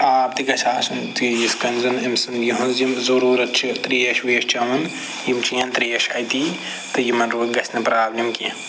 آب تہِ گژھِ آسُن تہٕ یِتھ کٔنۍ زَن أمۍ سُنٛد یہِ حظ یِم ضٔروٗرَت چھِ ترٛیش ویش چٮ۪وان یِم چٮ۪ن ترٛیش اَتی تہٕ یِمَن گژھِ نہٕ پرٛابلِم کیٚنٛہہ